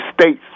state's